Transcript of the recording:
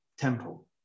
temple